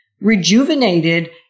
rejuvenated